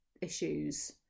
issues